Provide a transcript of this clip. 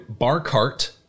BARCART